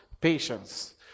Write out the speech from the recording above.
patience